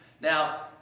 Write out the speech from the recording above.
Now